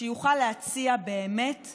שיוכל באמת להציע תקווה.